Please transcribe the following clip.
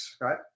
right